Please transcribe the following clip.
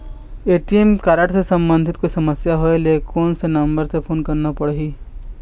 ATM card से संबंधित कोई समस्या होय ले, कोन से नंबर से फोन करना पढ़ही?